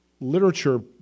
literature